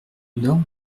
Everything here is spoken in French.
nort